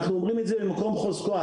אנחנו אומרים את זה ממקום של חוזקה.